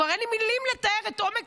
וכבר אין לי מילים לתאר את עומק